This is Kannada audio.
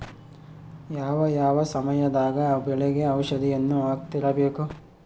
ಯಾವ ಯಾವ ಸಮಯದಾಗ ಬೆಳೆಗೆ ಔಷಧಿಯನ್ನು ಹಾಕ್ತಿರಬೇಕು?